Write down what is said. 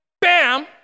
bam